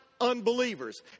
unbelievers